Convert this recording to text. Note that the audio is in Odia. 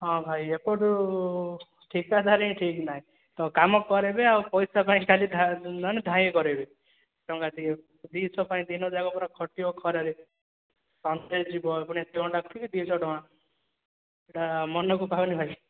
ହଁ ଭାଇ ଏପଟୁ ଠିକାଦାରି ଠିକ୍ ନାହିଁ ତ କାମ କରେଇବେ ଆଉ ପଇସା ପାଇଁ ଖାଲି ଧାଇଁ ମାନେ ଧାଇଁକି କରେଇବେ ଟଙ୍କା ଦୁଇ ଶହ ପାଇଁ ଦିନଯାକ ପୁରା ଖଟିବ ଖରାରେ ପୁଣି ଏତେ କାମ କରିକି ଦୁଇ ଶହ ଟଙ୍କା ଏଇଟା ମନକୁ ପାଉନି ଭାଇ